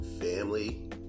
family